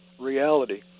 reality